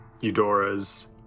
Eudora's